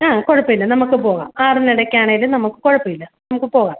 ആ കുഴപ്പം ഇല്ല നമുക്ക് പോവാം ആറിന് ഇടയ്ക്കാണെങ്കിലും കുഴപ്പമില്ല നമുക്ക് പോകാം